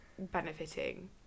benefiting